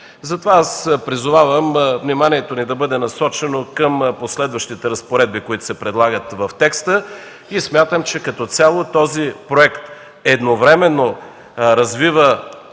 Затова призовавам вниманието ни да бъде насочено към последващите разпоредби, които се предлагат в текста. Смятам, че като цяло проектът едновременно развива